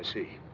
see.